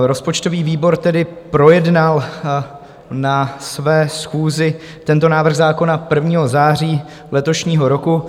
Rozpočtový výbor tedy projednal na své schůzi tento návrh zákona 1. září letošního roku.